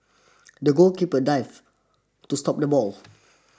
the goalkeeper dived to stop the ball